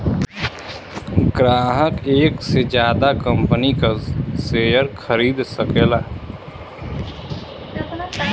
ग्राहक एक से जादा कंपनी क शेयर खरीद सकला